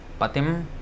Patim